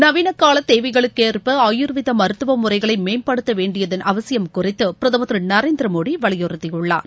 நவீனகால தேவைகளுக்கு ஏற்ப ஆயுர்வேத மருத்துவமுறைகளை மேம்படுத்த வேண்டியதன் அவசியம் குறித்து பிரதமர் திரு நரேந்திர மோடி வலியுறுத்தியுள்ளார்